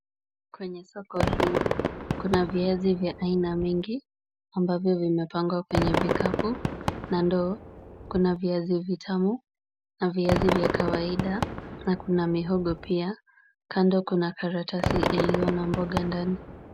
Kwenye soko hii kuna viazi vya aina mingi ambavyo vimepangwa kwenye vikapu na ndoo. Kuna viazi vitamu na viazi vya kawaida na kuna mihogo pia. Kando kuna karatasi iliyo na mboga ndani.